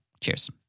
Cheers